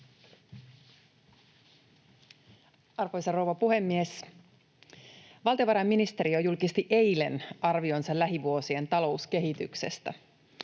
Arvoisa rouva puhemies! Valtiovarainministeriö julkisti eilen arvionsa lähivuosien talouskehityksestä.